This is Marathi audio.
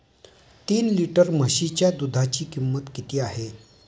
तीन लिटर म्हशीच्या दुधाची किंमत किती आहे?